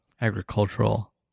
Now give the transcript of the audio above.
agricultural